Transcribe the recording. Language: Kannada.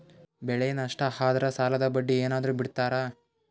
ಬೆಳೆ ನಷ್ಟ ಆದ್ರ ಸಾಲದ ಬಡ್ಡಿ ಏನಾದ್ರು ಬಿಡ್ತಿರಾ?